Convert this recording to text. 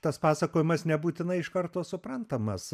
tas pasakojimas nebūtinai iš karto suprantamas